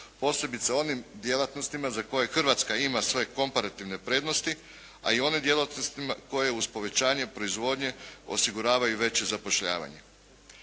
posebice onim djelatnostima za koje Hrvatska ima svoje komparativne prednosti, a i onim djelatnostima koje uz povećanje proizvodnje osiguravaju i veće zapošljavanje.